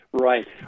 Right